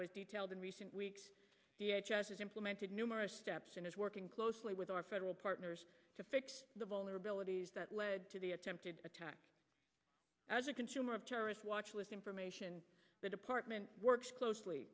is detailed in recent weeks has implemented numerous steps and is working closely with our federal partners to fix the vulnerabilities that led to the attempted attack as a consumer of terrorist watch list information the department works closely